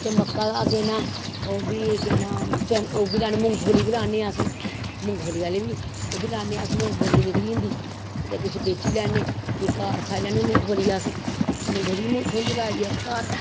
ते मक्कां केह् नां ओह् बी केह् नां चरी ओह् बी मुगफली बी राह्न्ने अस मुगफली आह्ले ओह् बी राह्ने अस मुगफली निकली जंदी ते किश बेची लैन्ने किश घर काई लैन्ने मुगफली अस मुंगफली मुलख होंदी लाई दी असें घर